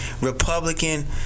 Republican